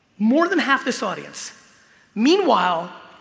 more than half this audience meanwhile,